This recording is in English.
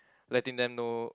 letting them know